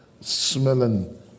smelling